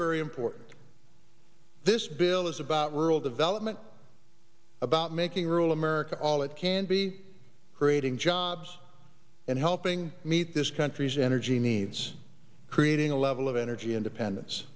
very important this bill is about rural development about making rule america all it can be creating jobs and helping meet this country's energy needs creating a level of energy independence